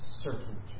certainty